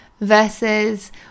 Versus